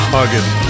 August